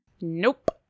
Nope